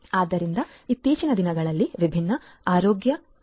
ಆದ್ದರಿಂದ ಇತ್ತೀಚಿನ ದಿನಗಳಲ್ಲಿ ವಿಭಿನ್ನ ಆರೋಗ್ಯ ಸಾಧನಗಳಿವೆ